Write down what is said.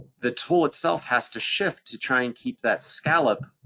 the tool itself has to shift to try and keep that scallop,